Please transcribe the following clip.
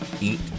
eat